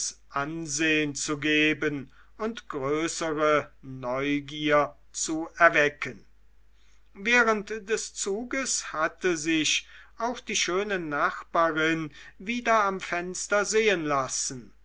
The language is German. ansehn zu geben und größere neugier zu erwecken während des zuges hatte sich auch die schöne nachbarin wieder am fenster sehen lassen